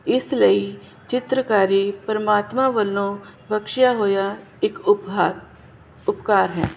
ਇਸ ਲਈ ਚਿੱਤਰਕਾਰੀ ਪਰਮਾਤਮਾ ਵੱਲੋਂ ਬਖਸ਼ਿਆ ਹੋਇਆ ਇੱਕ ਉਭਾਰ ਉਪਕਾਰ ਹੈ